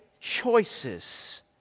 choices